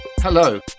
Hello